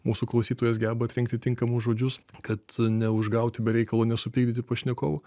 mūsų klausytojas geba atrinkti tinkamus žodžius kad neužgauti be reikalo nesupykdyti pašnekovų